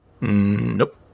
Nope